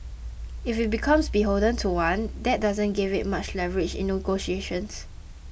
if it becomes beholden to one that doesn't give it much leverage in negotiations